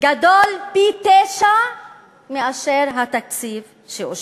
גדול פי-תשעה מהתקציב שאושר.